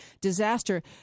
disaster